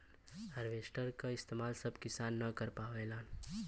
harvester क इस्तेमाल सब किसान न कर पावेलन